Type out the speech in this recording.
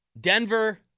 Denver